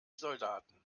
soldaten